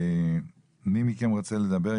מי מכם רוצה לדבר?